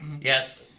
Yes